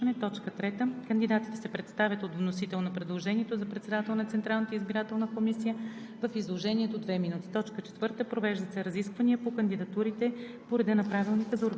Комисията по правни въпроси представя доклад от проведеното изслушване. 3. Кандидатите се представят от вносител на предложението за председател на Централната избирателна комисия